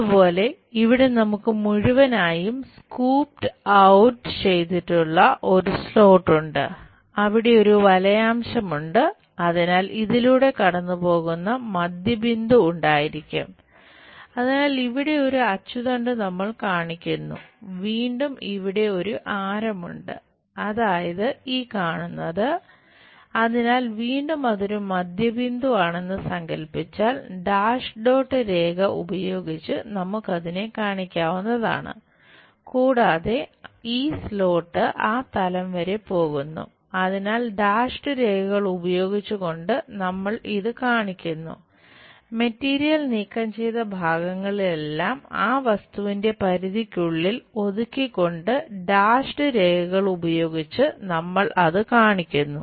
അതുപോലെ ഇവിടെ നമുക്ക് മുഴുവനായും സ്കൂപ്ഡ് ഔട്ട് ഉപയോഗിച്ച് നമ്മൾ അത് കാണിക്കുന്നു